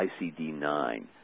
ICD-9